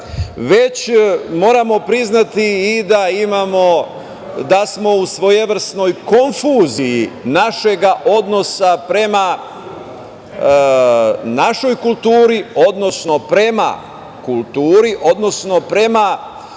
već moramo priznati, i da smo u svojevrsnoj konfuziji našega odnosa prema našoj kulturi, odnosno prema kulturi, odnosno prema,